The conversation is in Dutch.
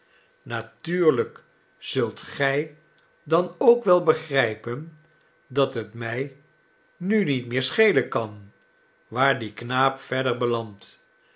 natuurlijk zult gij dan ook wel begrijpen dat het mij nu niet meer schelen kan waar die knaap verder belandt